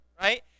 right